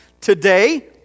today